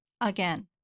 Again